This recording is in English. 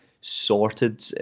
sorted